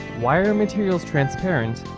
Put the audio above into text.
why are materials transparent?